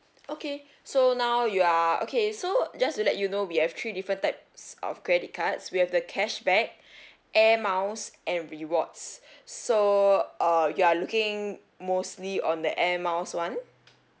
okay so now you are okay so just to let you know we have three different types of credit cards we have the cashback air miles and rewards so uh you're looking mostly on the air miles one